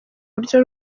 buryo